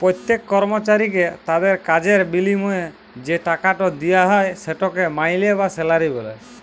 প্যত্তেক কর্মচারীকে তাদের কাজের বিলিময়ে যে টাকাট দিয়া হ্যয় সেটকে মাইলে বা স্যালারি ব্যলে